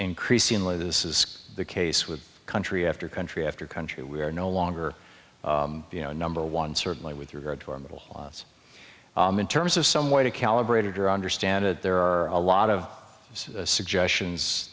increasingly this is the case with country after country after country we are no longer number one certainly with regard to our middle class in terms of some way to calibrated or understand it there are a lot of suggestions